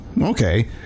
okay